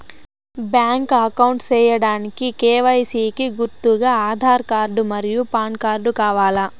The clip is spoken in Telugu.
బ్యాంక్ అకౌంట్ సేయడానికి కె.వై.సి కి గుర్తుగా ఆధార్ కార్డ్ మరియు పాన్ కార్డ్ కావాలా?